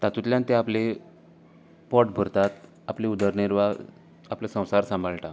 तातूंतल्यान ती आपली पोट भरतात आपली उदर निर्वार आपलो संवसार सांबाळटात